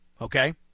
Okay